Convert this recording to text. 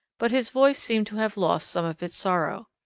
but his voice seemed to have lost some of its sorrow.